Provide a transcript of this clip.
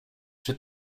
czy